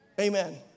Amen